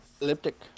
elliptic